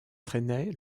traînait